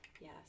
yes